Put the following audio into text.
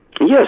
Yes